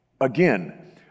again